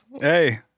Hey